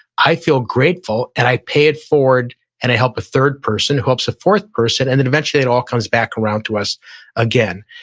i feel grateful, grateful, and i pay it forward and i help a third person, who helps a fourth person, and then eventually it all comes back around to us again.